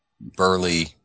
burly